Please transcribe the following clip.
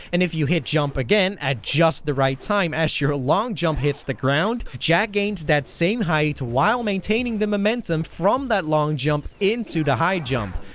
and if you hit jump again at just the right time as your long jump hits the ground, jak gains that same height while maintaining the momentum from that long jump into the high jump.